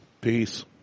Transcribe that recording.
Peace